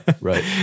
right